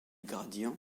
gradient